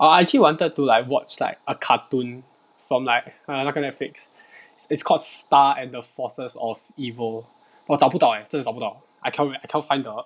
I I actually wanted to like watch like a cartoon from like err 那个 Netflix it's called star and the forces of evil 我找不到 leh 真的找不到 I canno~ I cannot find the